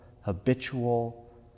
habitual